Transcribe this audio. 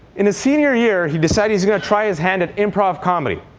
in his senior year, he decides he's going to try his hand at improv comedy.